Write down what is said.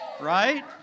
right